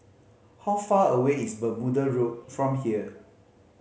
how far away is Bermuda Road from here